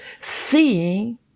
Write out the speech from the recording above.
seeing